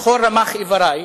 בכל רמ"ח איברי,